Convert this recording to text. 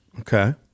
okay